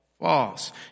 False